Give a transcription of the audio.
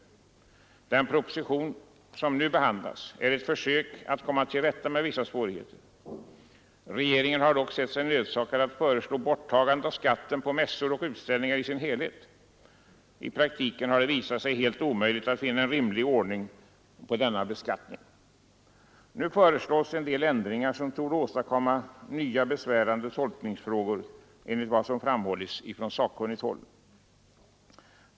Den proposition som nu behandlas är ett försök att komma till rätta med vissa svårigheter. Regeringen har dock sett sig nödsakad att föreslå borttagande av skatten på mässor och utställningar i dess helhet. I praktiken har det visat sig helt omöjligt att finna en rimlig ordning för denna beskattning. Nu föreslås en del ändringar som torde åstadkomma nya tolkningsproblem enligt vad som framhållits från sakkunnigt håll.